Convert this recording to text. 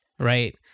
Right